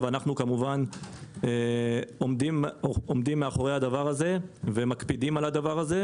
ואנחנו כמובן עומדים מאחורי הדבר הזה ומקפידים עליו.